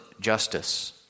justice